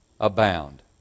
abound